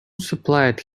supplied